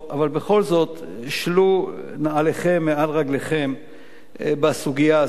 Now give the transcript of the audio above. אבל, בכל זאת, שלו נעליכם מעל רגליכם בסוגיה הזאת.